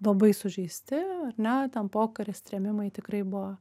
labai sužeisti ar ne ten pokaris trėmimai tikrai buvo